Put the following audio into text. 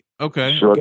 okay